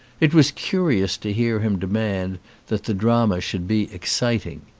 it was curious to hear him demand that the drama should be exciting.